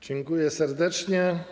Dziękuję serdecznie.